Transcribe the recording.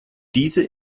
diese